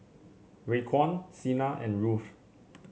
Raekwon Sina and Ruthe